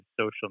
social